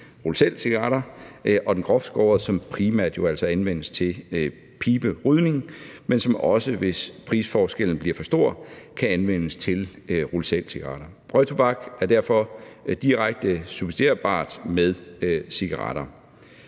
rul selv-cigaretter, og den groft skårede, som jo altså primært anvendes til piberygning, men som også, hvis prisforskellen bliver for stor, kan anvendes til rul selv-cigaretter. Røgtobak er derfor direkte substituerbart med cigaretter.